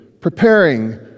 preparing